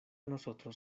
nosotros